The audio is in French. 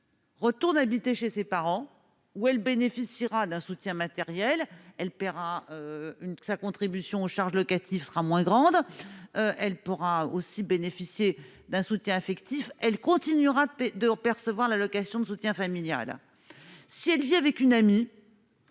retourne habiter chez ses parents où elle bénéficiera d'un soutien matériel, elle paiera une sa contribution aux charges locatives sera moins grande, elle pourra aussi bénéficier d'un soutien affectif, elle continuera paix de percevoir l'allocation de soutien familial si elle vit avec une amie.